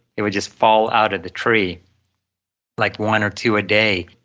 it would just fall out of the tree like one or two a day,